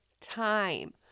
time